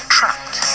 Trapped